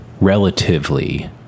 relatively